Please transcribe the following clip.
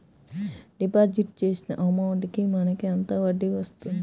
Deposit చేసిన amount కి మనకి ఎంత వడ్డీ వస్తుంది?